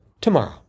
tomorrow